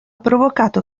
provocato